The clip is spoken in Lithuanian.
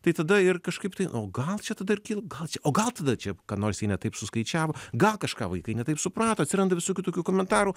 tai tada ir kažkaip tai nu gal tada ir gal čia o gal tada čia ką nors jie ne taip suskaičiavo gal kažką vaikai ne taip suprato atsiranda visokių tokių komentarų